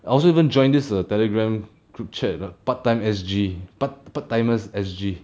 I wasn't even joined this err telegram group chat the part time S_G part part timers S_G